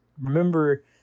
remember